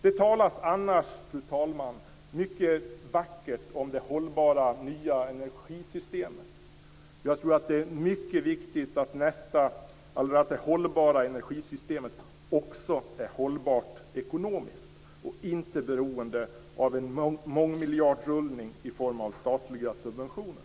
Det talas annars, fru talman, mycket vackert om det hållbara nya energisystemet. Jag tror att det är mycket viktigt att det hållbara energisystemet också är hållbart ekonomiskt och inte beroende av en mångmiljardrullning i form av statliga subventioner.